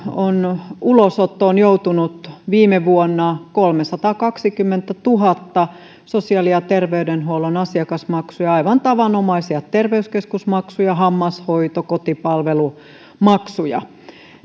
on joutunut viime vuonna kolmesataakaksikymmentätuhatta sosiaali ja terveydenhuollon asiakasmaksua aivan tavanomaisia terveyskeskusmaksuja hammashoito kotipalvelumaksuja